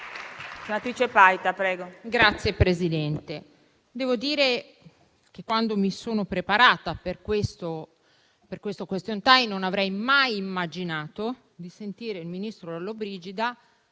Signor Presidente, devo dire che quando mi sono preparata per questo *question time* non avrei mai immaginato di sentire il ministro Lollobrigida